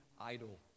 idol